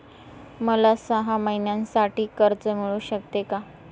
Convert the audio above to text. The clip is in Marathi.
मला सहा महिन्यांसाठी कर्ज मिळू शकते का?